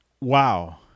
Wow